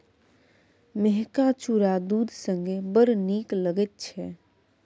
मेहका चुरा दूध संगे बड़ नीक लगैत छै